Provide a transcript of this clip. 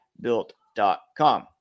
built.com